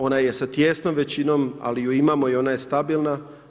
Ona je sa tijesnom većinom, ali ju imamo i ona je stabilna.